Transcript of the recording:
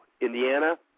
Indiana